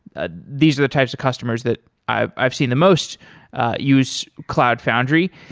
ah these are the types of customers that i've i've seen the most use cloud foundry.